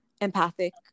empathic